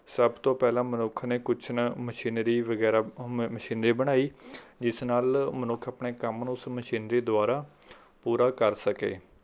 ਸਭ ਤੋਂ ਪਹਿਲਾ ਮਨੁੱਖ ਨੇ ਕੁਛ ਨਾ ਮਸ਼ੀਨਰੀ ਵਗੈਰਾ ਅ ਮਸ਼ੀਨਰੀ ਬਣਾਈ ਜਿਸ ਨਾਲ ਮਨੁੱਖ ਆਪਣੇ ਕੰਮ ਨੂੰ ਉਸ ਮਸ਼ੀਨਰੀ ਦੁਆਰਾ ਪੂਰਾ ਕਰ ਸਕੇ